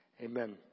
Amen